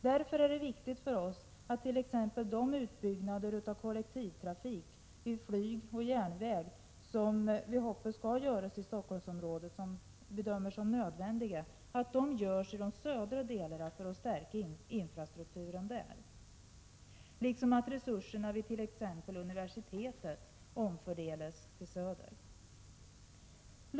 Därför är det viktigt för oss att t.ex. de utbyggnader av kollektivtrafiken i form av flyg och järnväg, som vi hoppas skall göras i Stockholmsområdet och som vi bedömer som nödvändiga, sker i de södra delarna, för att stärka infrastrukturen där. Likaså bör resurser vidt.ex. universitetet omfördelas till områdets södra del.